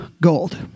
gold